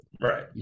right